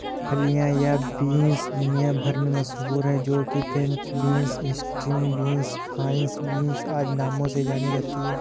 फलियां या बींस दुनिया भर में मशहूर है जो कि French beans, string beans, fine beans आदि नामों से जानी जाती है